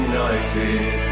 United